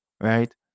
Right